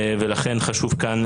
נתחיל עם